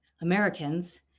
Americans